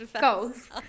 Goals